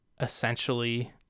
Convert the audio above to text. essentially